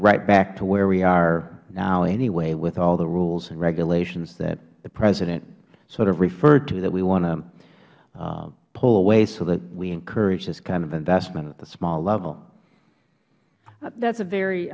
right back to where we are now anyway with all the rules and regulations that the president sort of referred to that we want to pull away so that we encourage this kind of investment at the small level ms cross that's a very